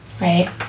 right